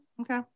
Okay